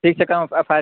ठीक जकाँ F I R